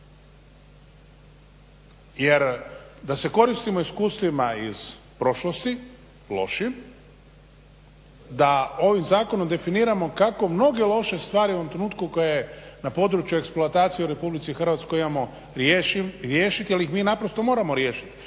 Jer da se koristimo iskustvima iz prošlosti lošim, da ovim zakonom definiramo kako mnoge loše stvari u ovom trenutku koje na području eksploatacije u Republici Hrvatskoj imamo riješiti jer ih mi naprosto moramo riješiti.